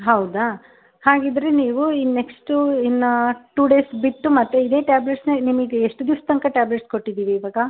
ಹೌದಾ ಹಾಗಿದ್ದರೆ ನೀವು ಈ ನೆಕ್ಸ್ಟು ಇನ್ನೂ ಟು ಡೇಸ್ ಬಿಟ್ಟು ಮತ್ತೆ ಇದೇ ಟ್ಯಾಬ್ಲೆಟ್ಸನ್ನ ನಿಮಗೆ ಎಷ್ಟು ದಿವ್ಸ ತನಕ ಟ್ಯಾಬ್ಲೆಟ್ಸ್ ಕೊಟ್ಟಿದ್ದೀವಿ ಇವಾಗ